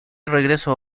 regresó